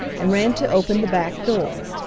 and ran to open the back door.